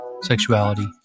sexuality